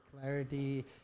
clarity